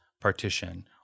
partition